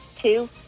Two